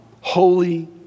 holy